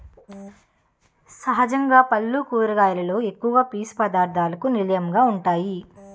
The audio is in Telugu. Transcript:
సహజంగా పల్లు కూరగాయలలో ఎక్కువ పీసు పధార్ధాలకు నిలయంగా వుంటాయి